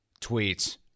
tweets